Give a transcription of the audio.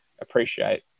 appreciate